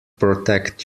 protect